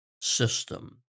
system